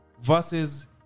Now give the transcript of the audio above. versus